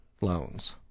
loans